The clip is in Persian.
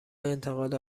انتقال